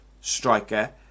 striker